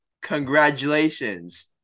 Congratulations